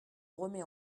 remet